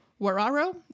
Wararo